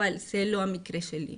אבל זה לא המקרה שלי.